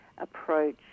approach